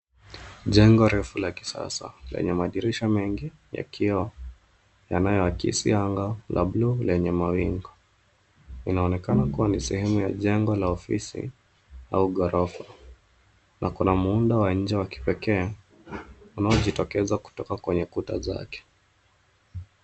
Jengo refu la kisasa lenye madirisha mengi ya kioo, yanayoakisi anga la bluu lenye mawingu. Inaonekana kuwa ni sehemu ya jengo la ofisi au gorofa, na kuna muundo wa nje wa kipekee unaojitokeza kutoka kwenye kuta zake.